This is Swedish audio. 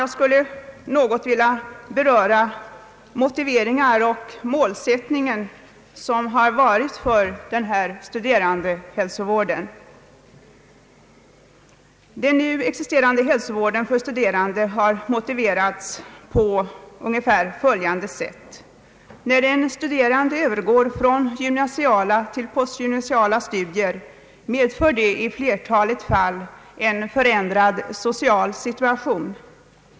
Jag skulle något vilja beröra motiveringar och målsättning för studerandehälsovården. Den nu existerande hälsovården för studerande har motiverats på ungefär följande sätt: När den studerande övergår från gymnasiala till postgymnasiala studier medför det i flertalet fall en förändrad social situation.